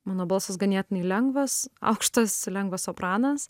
mano balsas ganėtinai lengvas aukštas lengvas sopranas